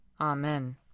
Amen